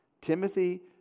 Timothy